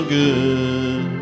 good